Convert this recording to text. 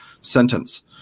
sentence